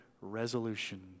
resolution